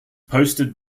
posted